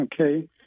okay